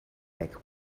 back